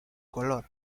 color